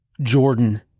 Jordan